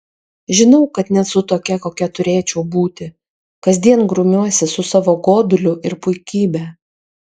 žinau kad nesu tokia kokia turėčiau būti kasdien grumiuosi su savo goduliu ir puikybe